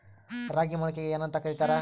ರಾಗಿ ಮೊಳಕೆಗೆ ಏನ್ಯಾಂತ ಕರಿತಾರ?